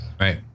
Right